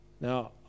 now